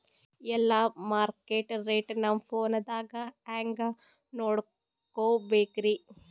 ಎಲ್ಲಾ market rate ನಮ್ ಫೋನದಾಗ ಹೆಂಗ ನೋಡಕೋಬೇಕ್ರಿ?